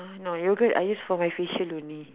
oh no yoghurt I use for my facial only